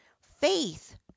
faith